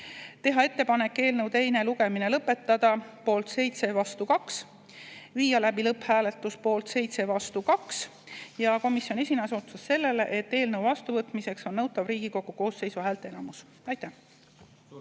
ka ettepanek eelnõu teine lugemine lõpetada, poolt 7, vastu 2; viia läbi lõpphääletus, poolt 7, vastu 2. Komisjoni esinaine osutas sellele, et eelnõu vastuvõtmiseks on nõutav Riigikogu koosseisu häälteenamus. Aitäh!